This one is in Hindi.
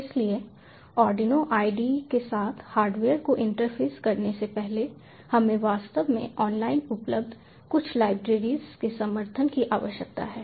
इसलिए आर्डिनो ide के साथ हार्डवेयर को इंटरफेस करने से पहले हमें वास्तव में ऑनलाइन उपलब्ध कुछ लाइब्रेरीज के समर्थन की आवश्यकता है